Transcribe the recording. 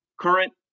current